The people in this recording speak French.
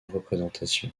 représentation